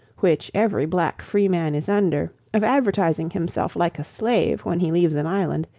which every black freeman is under, of advertising himself like a slave, when he leaves an island,